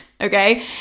Okay